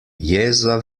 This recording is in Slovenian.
jeza